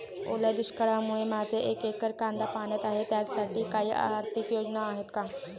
ओल्या दुष्काळामुळे माझे एक एकर कांदा पाण्यात आहे त्यासाठी काही आर्थिक योजना आहेत का?